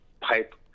pipe